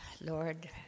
Lord